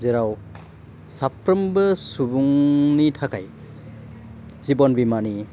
जेराव साफ्रोमबो सुबुंनि थाखाय जिबन बिमानि